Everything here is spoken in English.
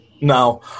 No